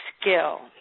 skill